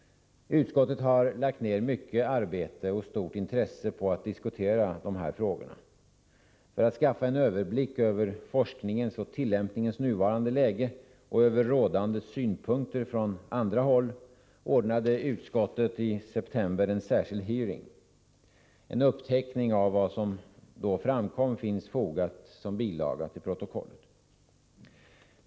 Utskottet har lagt ner mycket arbete och stort intresse på att diskutera dessa frågor. För att skaffa en överblick över forskningens och tillämpningens nuvarande läge och över rådande synpunkter från andra håll, ordnade utskottet i september en särskild hearing. En uppteckning av vad som där framkom finns fogad som bilaga till utskottets betänkande.